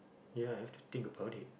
ya I've to think about it